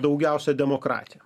daugiausiai demokratija